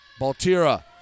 Baltira